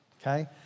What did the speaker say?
Okay